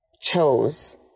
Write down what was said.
chose